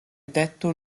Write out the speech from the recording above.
detto